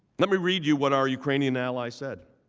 let me read you what our ukrainian ally said.